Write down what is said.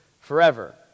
forever